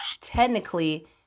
technically